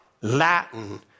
Latin